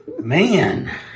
man